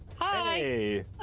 Hi